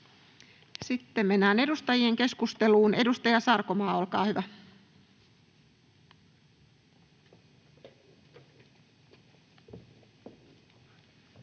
Sitten mennään edustajien keskusteluun. — Edustaja Sarkomaa, olkaa hyvä.